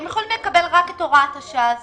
אתם יכולים לקבל רק את הוראת השעה הזאת,